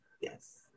Yes